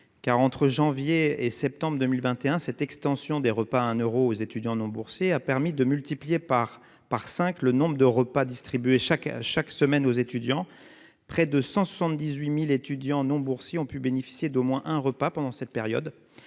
entre janvier et septembre 2021, l'extension des repas à un euro aux étudiants non boursiers a permis de multiplier par cinq le nombre de repas distribués chaque semaine : près de 178 000 étudiants non boursiers ont pu bénéficier d'au moins un repas pendant cette période,